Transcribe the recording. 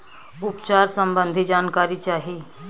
उपचार सबंधी जानकारी चाही?